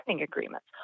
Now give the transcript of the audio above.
agreements